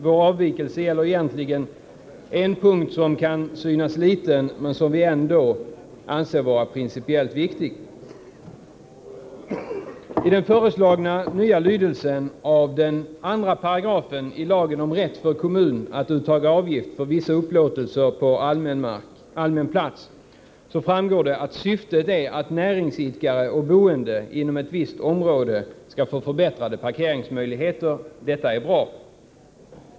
Vår avvikelse gäller egentligen en punkt, som kan synas liten, men som vi ändå anser vara principiellt viktig. Av den föreslagna nya lydelsen av 2 § i lagen om rätt för kommun att uttaga avgift för vissa upplåtelser på allmän plats framgår det att syftet är att näringsidkare och boende inom ett visst område skall få förbättrade parkeringsmöjligheter. Detta är bra.